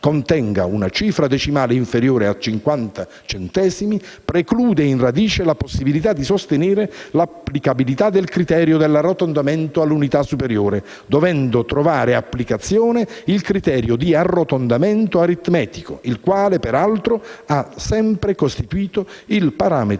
contenga una cifra decimale inferiore a 50 centesimi" preclude in radice la possibilità di sostenere l'applicabilità del criterio dell'arrotondamento all'unità superiore, dovendo trovare applicazione il criterio di arrotondamento aritmetico, il quale, peraltro, ha sempre costituito il parametro